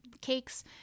cakes